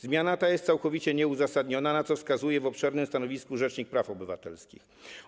Zmiana ta jest całkowicie nieuzasadniona, na co wskazuje w obszernym stanowisku rzecznik praw obywatelskich.